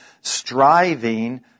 striving